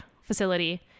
facility